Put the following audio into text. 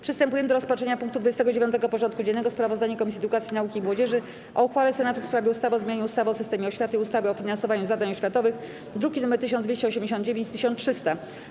Przystępujemy do rozpatrzenia punktu 29. porządku dziennego: Sprawozdanie Komisji Edukacji, Nauki i Młodzieży o uchwale Senatu w sprawie ustawy o zmianie ustawy o systemie oświaty i ustawy o finansowaniu zadań oświatowych (druki nr 1289 i 1300)